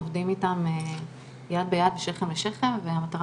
עובדים איתם יד ביד ושכם אל שכם והמטרה